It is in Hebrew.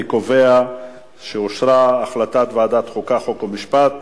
אני קובע שאושרה החלטת ועדת החוקה, חוק ומשפט,